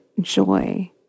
joy